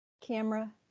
camera